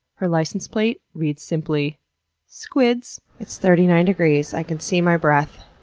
her license plate reads simply squids it's thirty nine degrees i can see my breath.